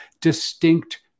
distinct